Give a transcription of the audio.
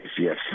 yes